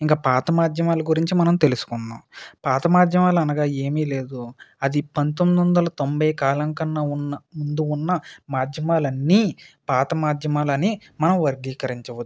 ఇంకా పాత మాధ్యమాల గురించి మనం తెలుసుకుందాం పాత మాధ్యమాలు అనగా ఏమీ లేదు అది పందొమ్మిది వందల తొంభై కాలం కన్నా ఉన్న ముందు ఉన్న మాధ్యమాలు అన్నీ పాత మాధ్యమాలు అని మనం వర్గీకరించవచ్చు